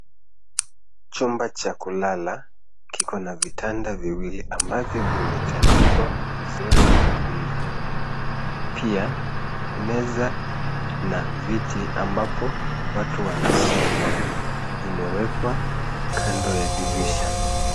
Chumba cha kulala kiko na vitanda viwili ambavyo vimetandikwa vizuri mno. Pia, meza na viti ambapo watu wanasoma, vimewekwa kando ya dirisha.